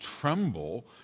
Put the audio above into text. tremble